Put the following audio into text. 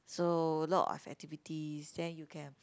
so a lot of activities then you can